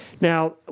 Now